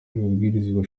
ibwirizwa